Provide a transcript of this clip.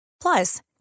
Plus